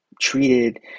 treated